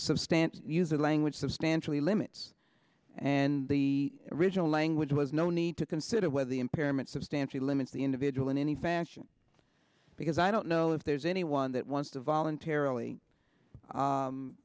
substantial use of language substantially limits and the original language was no need to consider whether the impairment substantially limits the individual in any fashion because i don't know if there's anyone that wants to voluntarily